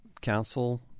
council